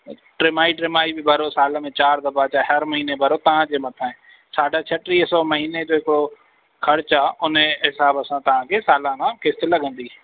टिमाही टिमाही बि भरियो साल में चार दफ़ा चाहे हर महीने भरियो तव्हांजे मथां आहे साढा छटीह सौ महीने जो हिकिड़ो ख़र्चु आहे उनजे हिसाब सां तव्हांखे सालाना क़िस्त लॻंदी